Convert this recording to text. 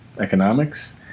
economics